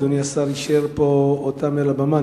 ואדוני השר אישר אותם פה על הבמה,